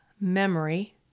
memory